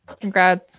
Congrats